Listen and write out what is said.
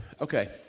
Okay